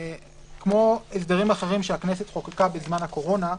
כמו הסדרים אחרים שהכנסת חוקקה בזמן הקורונה,